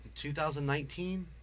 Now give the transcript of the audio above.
2019